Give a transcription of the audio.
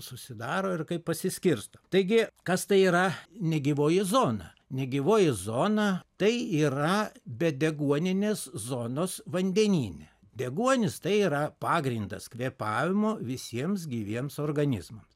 susidaro ir kaip pasiskirsto taigi kas tai yra negyvoji zona negyvoji zona tai yra be deguoninės zonos vandenyne deguonis tai yra pagrindas kvėpavimo visiems gyviems organizmams